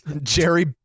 Jerry